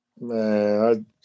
Man